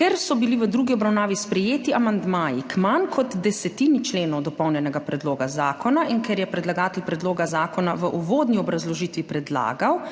Ker so bili v drugi obravnavi sprejeti amandmaji k manj kot desetini členov dopolnjenega predloga zakona in ker je predlagatelj predloga zakona v uvodni obrazložitvi predlagal,